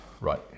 right